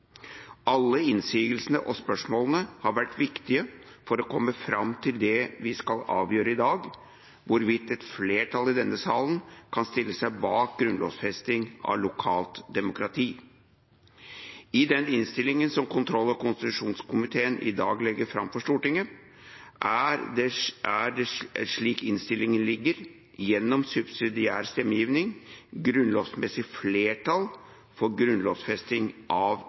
Alle innsigelsene og spørsmålene har vært viktige for å komme fram til det vi skal avgjøre i dag: hvorvidt et flertall i denne salen kan stille seg bak grunnlovfesting av lokalt demokrati. I den innstillingen som kontroll- og konstitusjonskomiteen i dag legger fram for Stortinget, er det, slik innstillingen ligger, gjennom subsidiær stemmegivning grunnlovsmessig flertall for grunnlovfesting av